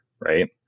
Right